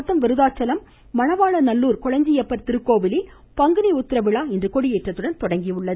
மாவட்டம் விருத்தாச்சலம் மணவாளநல்லூர் கொளஞ்சியப்பர் கடலூர் திருக்கோவிலில் பங்குனி உத்திர விழா இன்று கொடியேற்றத்துடன் தொடங்கியது